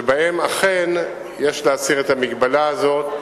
שבהם אכן יש להסיר את המגבלה הזאת.